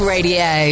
Radio